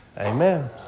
Amen